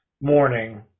morning